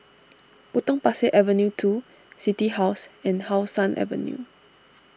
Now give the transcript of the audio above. Potong Pasir Avenue two City House and How Sun Avenue